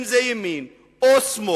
אם זה ימין או שמאל,